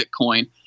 Bitcoin